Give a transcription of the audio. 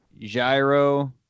gyro